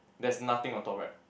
there's nothing on top right